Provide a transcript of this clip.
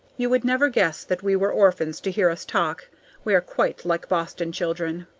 you would never guess that we were orphans to hear us talk we are quite like boston children.